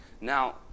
Now